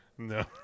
No